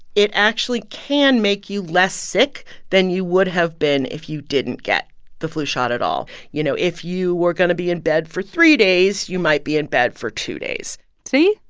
it actually can make you less sick than you would have been if you didn't get the flu shot at all. you know, if you were going to be in bed for three days, you might be in bed for two days see?